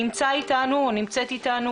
נמצא אתנו